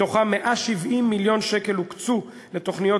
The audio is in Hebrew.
מתוכם 170 מיליון שקל הוקצו לתוכניות